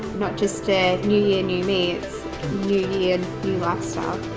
not just a new year new me it's new year, new lifestyle.